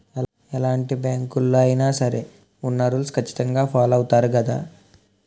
ఎలాంటి బ్యాంకులలో అయినా సరే ఉన్న రూల్స్ ఖచ్చితంగా ఫాలో అవుతారు గదా